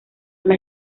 las